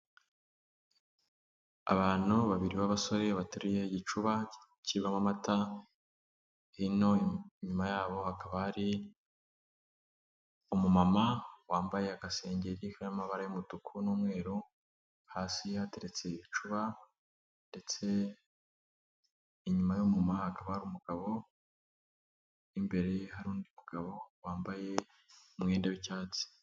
Abantu babiri b'abasore bateruye igicuba kibamo amata, hino inyuma yabo hakaba hari umumama wambaye agasengeri karimo amabara y'umutuku n'umweru, hasi hateretse icupa, ndetse inyuma y'umumama hari umugabo, imbere hari undi mugabo wambaye umwenda w'icyatsi.